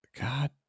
God